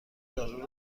دارو